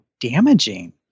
damaging